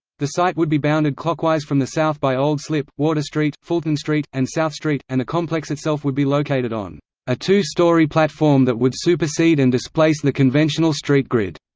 the site would be bounded clockwise from the south by old slip, water street, fulton street, and south street, and the complex itself would be located on a two-story platform that would supersede and displace the conventional street grid.